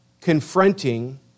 confronting